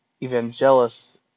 evangelists